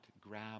grab